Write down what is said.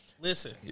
listen